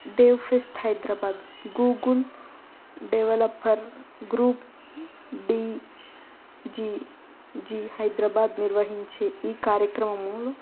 Dev fest Hyderabad Google developer group D G G Hyderabad నిర్వహించే ఈ కార్యక్రమము